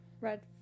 red